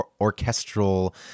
orchestral